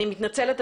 אני מתנצלת,